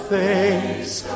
face